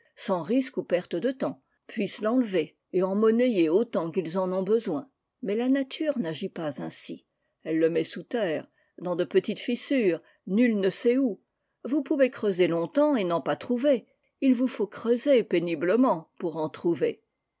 sans risque ou perte de temps puissent l'enlever et en monnayer autant qu'ils en ont besoin mais la nature n'agit pas ainsi elle le met sous terre dans de petites fissures nul ne sait où vous pouvez creuser longtemps et n'en pas trouver il vous faut creuser péniblement pour en trouver